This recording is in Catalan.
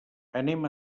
anem